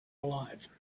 alive